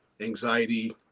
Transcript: anxiety